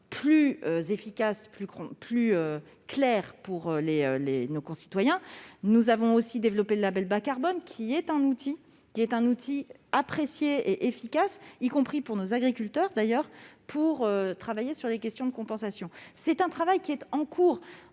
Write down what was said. plus efficaces, plus claires pour nos concitoyens. Nous avons aussi développé le label Bas-carbone, qui est un outil apprécié et efficace, y compris pour nos agriculteurs, d'ailleurs, pour travailler sur les questions de compensation. Ce travail en cours